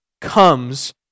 comes